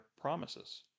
promises